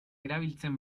erabiltzen